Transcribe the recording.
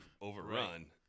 overrun